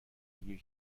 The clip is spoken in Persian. گیر